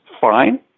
fine